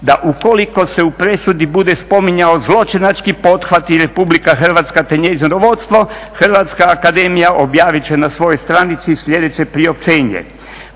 da ukoliko se u presudi bude spominjao zločinački pothvat i Republika Hrvatska, te njezino vodstvo Hrvatska akademija objavit će na svojoj stranici sljedeće priopćenje.